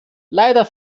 leider